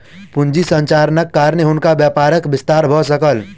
पूंजी संरचनाक कारणेँ हुनकर व्यापारक विस्तार भ सकल